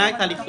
אנחנו